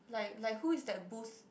like like who is that boost